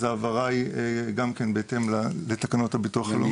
הנפטר אז ההעברה היא בהתאם לתקנות הביטוח הלאומי.